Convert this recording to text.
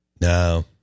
No